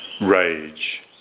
rage